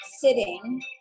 sitting